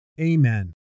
Amen